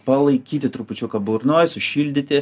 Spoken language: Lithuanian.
palaikyti trupučiuką burnoj sušildyti